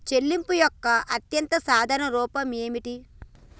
చెల్లింపు యొక్క అత్యంత సాధారణ రూపం ఏమిటి?